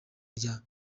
rya